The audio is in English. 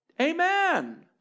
Amen